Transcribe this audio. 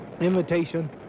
invitation